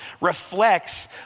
reflects